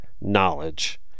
knowledge